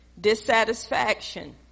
Dissatisfaction